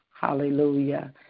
Hallelujah